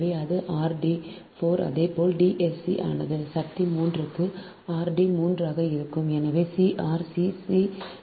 எனவே அது r d 4 அதேபோல் D s c ஆனது சக்தி 3 க்கு r d 3 ஆக இருக்கும் எனவே c r c 2 c